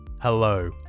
Hello